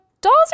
dolls